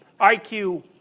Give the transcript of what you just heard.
IQ